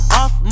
off